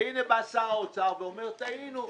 והנה בא שר האוצר ואומר טעינו.